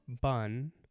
Bun